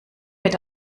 mit